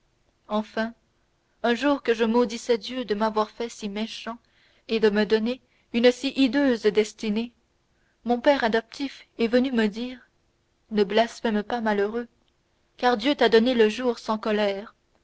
enfin un jour que je maudissais dieu de m'avoir fait si méchant et de me donner une si hideuse destinée mon père adoptif est venu me dire ne blasphème pas malheureux car dieu t'a donné le jour sans colère